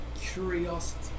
Curiosity